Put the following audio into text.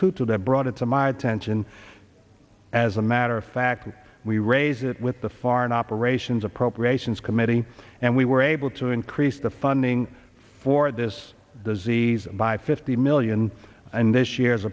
tutu that brought it to my attention as a matter of fact we raise it with the foreign operations appropriations committee and we were able to increase the funding for this disease by fifty million and this year's